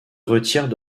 retirent